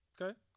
Okay